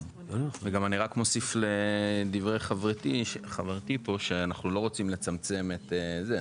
ואני רק מוסיף לדברי חברתי פה שאנחנו לא רוצים לצמצם את זה.